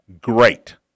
great